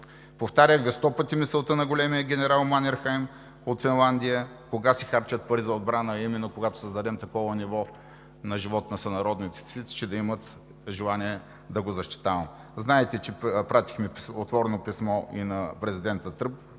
Повтарях Ви сто пъти думите на големия генерал Манерхейм от Финландия кога се харчат пари за отбрана, а именно: когато създадем такова ниво на живот на сънародниците си, че да имат желание да го защитават. Знаете, че пратихме отворено писмо и на президента Тръмп,